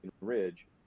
Ridge